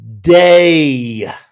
day